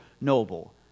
noble